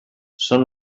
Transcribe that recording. són